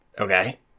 Okay